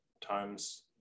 times